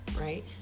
right